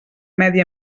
medi